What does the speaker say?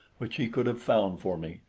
which he could have found for me,